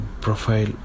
profile